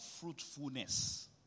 fruitfulness